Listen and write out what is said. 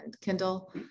Kindle